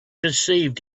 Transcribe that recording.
perceived